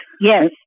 yes